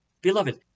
Beloved